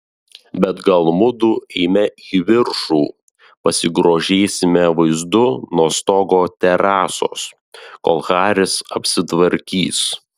bet gal mudu eime į viršų pasigrožėsime vaizdu nuo stogo terasos kol haris apsitvarkys